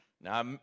Now